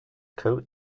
coat